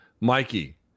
mikey